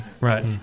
Right